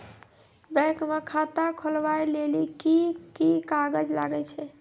Bank म खाता खोलवाय लेली की की कागज लागै छै?